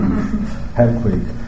earthquake